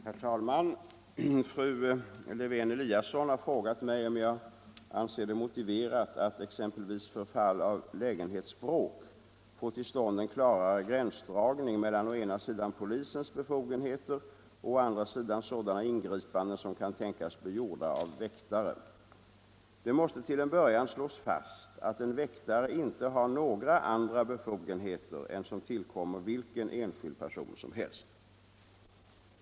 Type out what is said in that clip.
Herr talman! Fru Lewén-Eliasson har frågat mig om jag anser det motiverat att, exempelvis för fall av lägenhetsbråk, få till stånd en klarare gränsdragning mellan å ena sidan polisens befogenheter och å andra sidan sådana ingripanden som kan tänkas bli gjorda av väktare. Det måste till en början slås fast att en väktare inte har några andra befogenheter än som tillkommer vilken enskild person som helst.